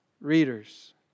readers